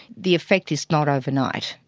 the effect is not overnight.